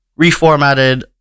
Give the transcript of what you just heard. reformatted